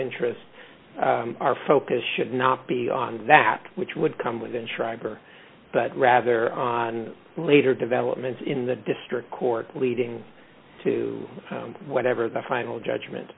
interest our focus should not be on that which would come within schrag or rather later developments in the district court leading to whatever the final judgment